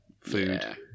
food